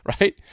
Right